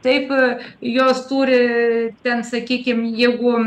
taip jos turi ten sakykim jeigu